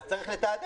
אז צריך לתעדף.